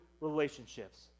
relationships